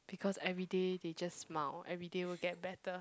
because everyday they just smile everyday will get better